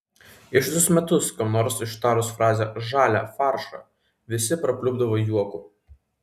ištisus metus kam nors ištarus frazę žalią faršą visi prapliupdavo juoku